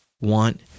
want